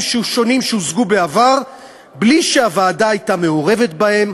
שונים שהושגו בעבר מבלי שהוועדה הייתה מעורבת בהם,